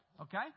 okay